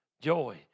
Joy